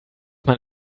man